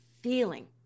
feeling